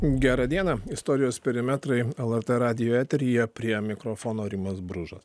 gerą dieną istorijos perimetrai lrt radijo eteryje prie mikrofono rimas bružas